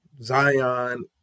Zion